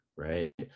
right